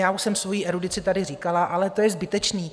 Už jsem svoji erudici tady říkala, ale to je zbytečné.